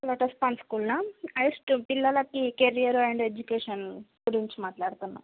lotus Pond స్కూలా high school పిల్లలకి career and education గురించి మాట్లాడుతున్నాం